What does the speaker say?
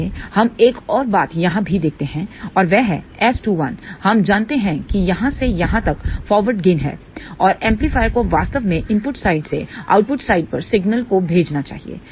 आइए हम एक और बात यहां भी देखते हैं और वह है S21 हम जानते हैं कि यहां से यहां तक फॉरवर्ड गेन है और एम्पलीफायर को वास्तव में इनपुट साइड से आउटपुट साइड पर सिग्नल को भेजना चाहिए